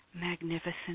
magnificent